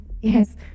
Yes